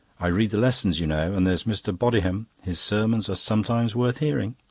i read the lessons, you know. and there's mr. bodiham. his sermons are sometimes worth hearing.